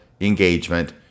engagement